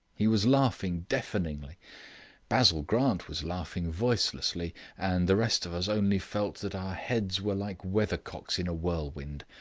he was laughing deafeningly basil grant was laughing voicelessly and the rest of us only felt that our heads were like weathercocks in a whirlwind.